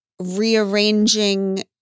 rearranging